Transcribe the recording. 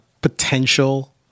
potential